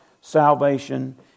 salvation